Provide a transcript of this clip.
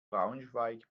braunschweig